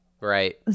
right